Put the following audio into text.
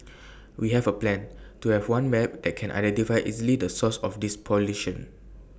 we have A plan to have one map that can identify easily the source of this pollution